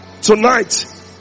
Tonight